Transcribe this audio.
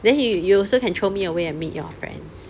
then you you also can throw me away and meet your friends